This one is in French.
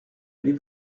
avait